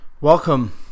welcome